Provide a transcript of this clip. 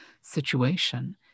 situation